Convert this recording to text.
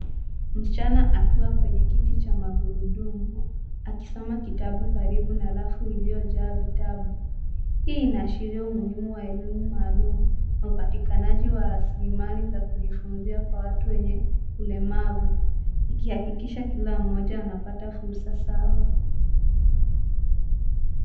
Msichana akiwa kwenye kiti cha magurudumu akisoma kitabu karibu na rafu iliyojaa vitabu. Hii inaashiria umuhimu wa elimu maalum na upatikanaji wa rasilimali za kujifunzia kwa watu wenye ulemavu ikihakikisha kila mmoja anapata fursa sawa.